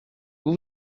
vous